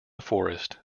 forest